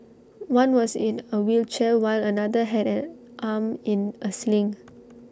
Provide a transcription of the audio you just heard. one was in A wheelchair while another had an arm in A sling